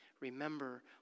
Remember